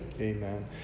amen